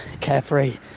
Carefree